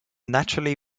naturally